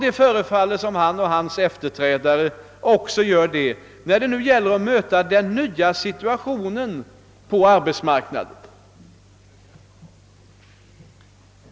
Det förefaller som om han och hans efterträdare också gör misstag när det nu gäller att möta den nya situationen på arbetsmarknaden.